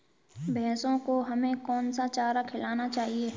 भैंसों को हमें कौन सा चारा खिलाना चाहिए?